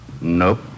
Nope